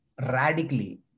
radically